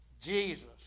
Jesus